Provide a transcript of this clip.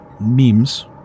memes